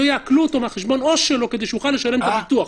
לא יעקלו אותו מחשבון עו"ש שלו כדי שיוכל לשלם ביטוח,